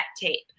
tape